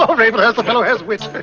so ravenhurst, the fellow has wit!